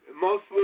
Mostly